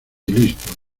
listo